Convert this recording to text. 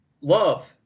love